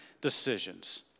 decisions